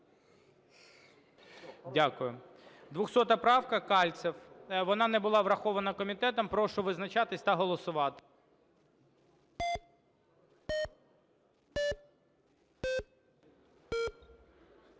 Дякую. 200 правка, Кальцев. Вона не була врахована комітетом. Прошу визначатись та голосувати.